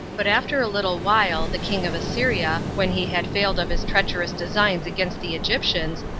but after a little while the king of assyria, when he had failed of his treacherous designs against the egyptians,